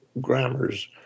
grammars